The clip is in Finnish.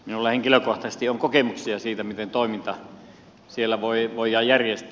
minulla henkilökohtaisesti on kokemuksia siitä miten toiminta siellä voidaan järjestää